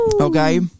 Okay